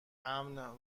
امن